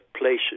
places